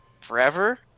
forever